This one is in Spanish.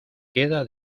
queda